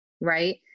Right